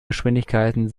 geschwindigkeiten